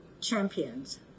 champions